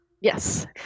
yes